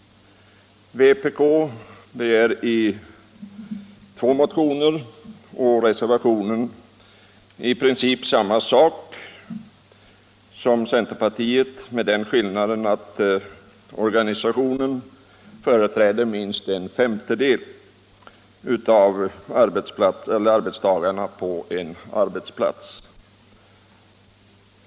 Vpk begär i två motioner och i reservationen i princip samma sak som centerpartiet, men med den skillnaden att den fackliga organisationen skall företräda minst en femtedel av arbetstagarna på en arbetsplats.